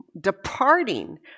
departing